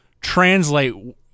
translate